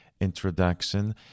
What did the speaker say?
Introduction